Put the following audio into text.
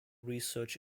research